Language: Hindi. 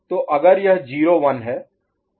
तो अगर यह 0 1 है